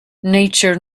nature